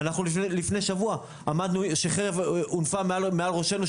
לפני שבוע חרב הונפה מעל ראשנו,